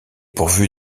pourvue